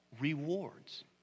rewards